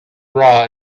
bra